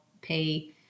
pay